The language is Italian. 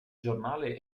giornale